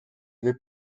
vais